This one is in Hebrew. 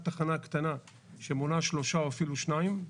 תחנה קטנה שמונה שלושה או אפילו שניים.